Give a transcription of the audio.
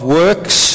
works